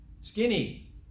skinny